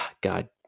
God